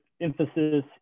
emphasis